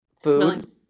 Food